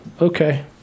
Okay